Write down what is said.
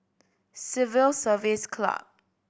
Civil Service Club